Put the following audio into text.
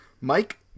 Mike